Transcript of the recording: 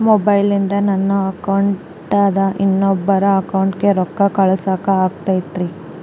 ಮೊಬೈಲಿಂದ ನನ್ನ ಅಕೌಂಟಿಂದ ಇನ್ನೊಬ್ಬರ ಅಕೌಂಟಿಗೆ ರೊಕ್ಕ ಕಳಸಾಕ ಆಗ್ತೈತ್ರಿ?